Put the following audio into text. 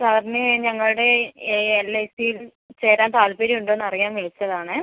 സാറിന് ഞങ്ങളുടെ L I സിയിൽ ചേരാൻ താൽപ്പര്യം ഉണ്ടോ എന്ന് അറിയാൻ വിളിച്ചതാണ്